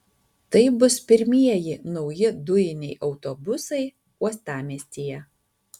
tai bus pirmieji nauji dujiniai autobusai uostamiestyje